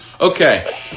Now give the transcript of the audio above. Okay